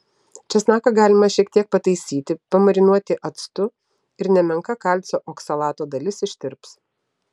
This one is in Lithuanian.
česnaką galima šiek tiek pataisyti pamarinuoti actu ir nemenka kalcio oksalato dalis ištirps